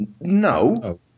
No